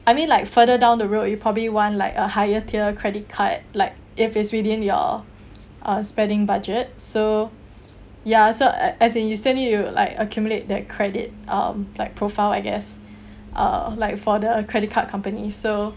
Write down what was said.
I mean like further down the road you probably want like a higher tier credit card like if it's within your uh spending budget so ya so uh as in you spend it you like accumulate that credit um like profile I guess uh like for the credit card company so